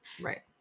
Right